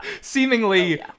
Seemingly